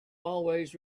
always